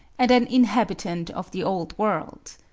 and an inhabitant of the old world.